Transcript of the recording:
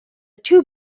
two